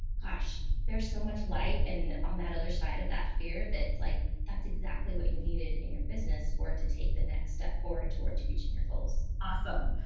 gosh, there's so much light. and on that other side of that fear, that's like, that's exactly what you needed in your business for it to take the next step forward towards reaching your goals. awesome.